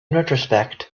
retrospect